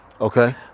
Okay